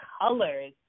colors